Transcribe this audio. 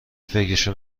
فکرشو